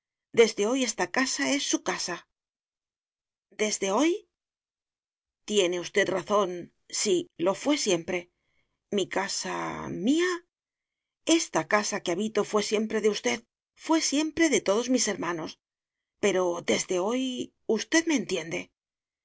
desde hoy esta casa es su casa desde hoy tiene usted razón sí lo fué siempre mi casa mía esta casa que habito fué siempre de usted fué siempre de todos mis hermanos pero desde hoy usted me entiende